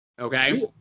Okay